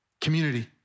Community